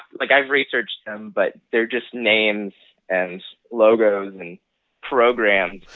like, i've researched them, but they're just names and logos and programs